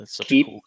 Keep